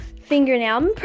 fingernail